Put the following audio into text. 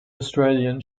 australian